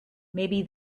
maybe